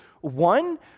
one